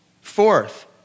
Fourth